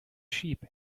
sheep